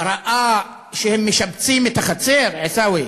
ראה שהם משפצים את החצר, עיסאווי,